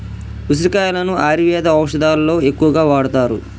ఉసిరికాయలను ఆయుర్వేద ఔషదాలలో ఎక్కువగా వాడుతారు